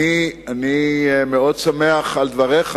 אני מאוד שמח על דבריך,